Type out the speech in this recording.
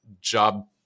job